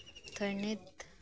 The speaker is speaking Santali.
ᱛᱷᱟᱱᱤᱛ